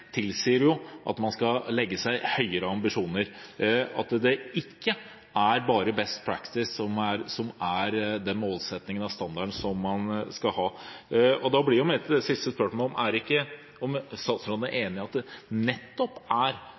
at det er vanskelig – som tilsier at man skal ha høyere ambisjoner, og at det ikke er bare «best practice» som er målsettingen og standarden man skal ha. Da blir mitt siste spørsmål: Er statsråden enig i at det er nettopp det at det er